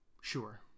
Sure